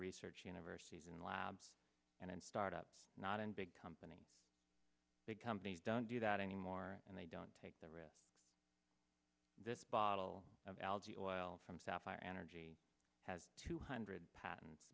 research universities in labs and in start up not in big companies big companies don't do that anymore and they don't take the risk this bottle of algae oil from sapphire energy has two hundred patents